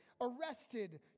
Arrested